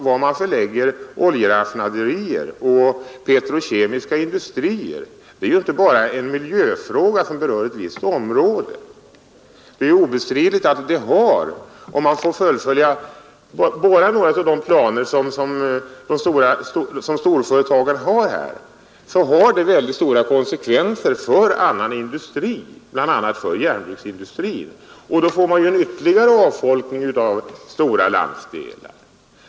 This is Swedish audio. Var man förlägger oljeraffinaderier och petrokemiska industrier är inte bara en miljöfråga som berör ett visst område. Det är obestridligt att om storföretagen får fullfölja bara några av sina planer, får det väldigt stora konsekvenser för annan industri, bl.a. för järnbruksindustrin, och då får man en ytterligare avfolkning av stora landsdelar.